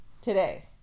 today